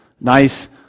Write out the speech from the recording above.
nice